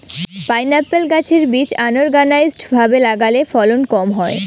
pineapple গাছের বীজ unorganised ভাবে লাগালে ফলন কম হয়